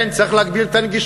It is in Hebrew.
כן, צריך להגביר את הנגישות,